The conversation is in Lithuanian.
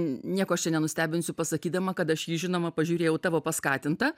nieko aš čia nenustebinsiu pasakydama kad aš jį žinoma pažiūrėjau tavo paskatinta